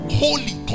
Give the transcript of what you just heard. holy